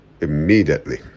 immediately